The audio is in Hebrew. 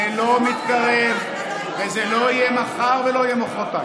זה לא מתקרב, וזה לא יהיה מחר ולא מוחרתיים.